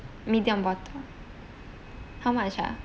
medium bottle how much ah